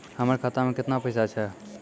हमर खाता मैं केतना पैसा छह?